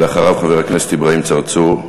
אחריו, חבר הכנסת אברהים צרצור.